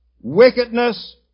wickedness